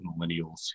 millennials